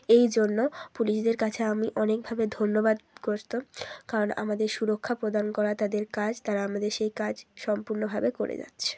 এই জন্য পুলিশদের কাছে আমি অনেকভাবে ধন্যবাদগ্রস্ত কারণ আমাদের সুরক্ষা প্রদান করা তাদের কাজ তারা আমাদের সেই কাজ সম্পূর্ণভাবে করে যাচ্ছে